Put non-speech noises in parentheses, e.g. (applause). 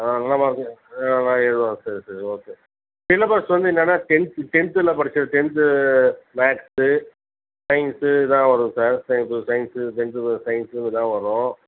அதான் நல்ல மார்க்கு ஆ நல்லா எழுதுவானா சரி சரி ஓகே சிலபஸ் வந்து என்னென்னா டென்த்து டென்த்தில் படிச்சது டென்த்து மேக்ஸு சயின்ஸு இதெல்லாம் வரும் சார் (unintelligible) சயின்ஸு டென்த்க்குள்ள சயின்ஸு இதான் வரும்